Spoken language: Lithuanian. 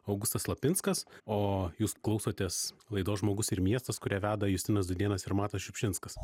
augustas lapinskas o jūs klausotės laidos žmogus ir miestas kurią veda justinas dudėnas ir matas šiupšinskas